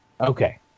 Okay